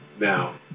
Now